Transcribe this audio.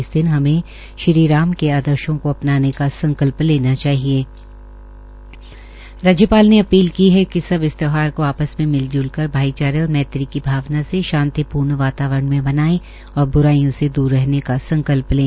इस दिन हमें श्रीराम के आदर्शो केा अपनाने का संकल्प लेना राज्यपाल ने अपील की है कि सब इस त्यौहार को आपस में मिलजुल कर भाईचारे और मैत्री की भावना से शांतिपूर्ण वातावरण में मनाएं और ब्राईयों से द्र रहने का संकल्प लें